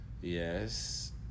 yes